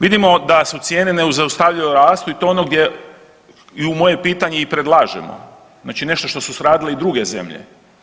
Vidimo da su cijene nezaustavljivo rastu i to ono gdje, i u moje pitanje i predlažemo, znači nešto što su radile i druge zemlje.